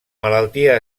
malaltia